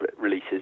releases